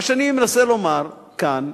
מה שאני מנסה לומר כאן,